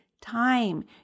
time